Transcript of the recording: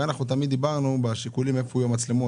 הרי כשדיברנו על השיקולים איפה יהיו המצלמות